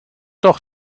doch